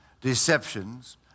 deceptions